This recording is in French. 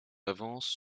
d’avance